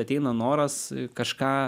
ateina noras kažką